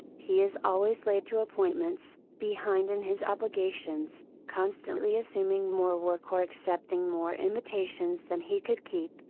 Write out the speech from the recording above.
he is always late to appointments, behind in his obligations, constantly assuming more work or accepting more invitations than he could keep,